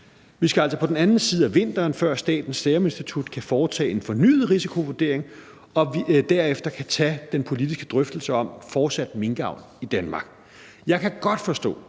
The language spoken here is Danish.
Vi skal altså på den anden side af vinteren, før Statens Serum Institut kan foretage en fornyet risikovurdering, og derefter kan vi så tage den politiske drøftelse om fortsat minkavl i Danmark. Jeg kan godt forstå,